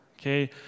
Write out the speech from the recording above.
okay